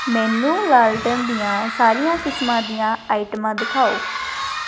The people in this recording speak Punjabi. ਮੈਨੂੰ ਲਾਲਟੈਨ ਦੀਆਂ ਸਾਰੀਆਂ ਕਿਸਮਾਂ ਦੀਆਂ ਆਈਟਮਾਂ ਦਿਖਾਓ